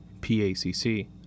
PACC